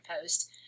post